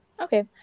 Okay